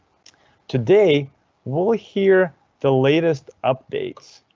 today we'll hear the latest updates